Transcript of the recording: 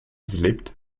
slipped